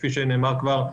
כפי שנאמר כבר,